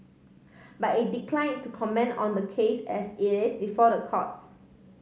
but it declined to comment on the case as it is before the courts